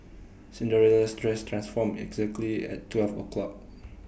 Cinderella's dress transformed exactly at twelve o'clock